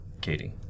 Katie